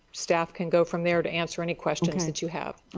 staff can go from there to answer any questions that you have?